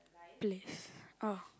place ah